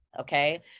okay